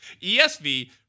ESV